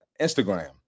Instagram